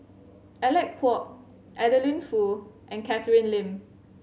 Alec Kuok Adeline Foo and Catherine Lim